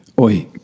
Oi